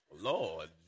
Lord